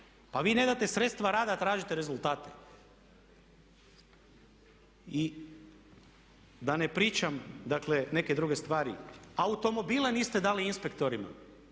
Pa vi ne date sredstva rada, tražite rezultate. I da ne pričam, dakle neke druge stvari. Automobile niste dali inspektorima.